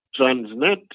Transnet